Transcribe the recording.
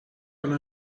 comme